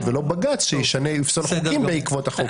ולא בג"ץ שיפסול חוקים בעקבות החוק הזה.